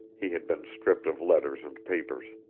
he had been stripped of letters and papers.